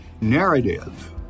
narrative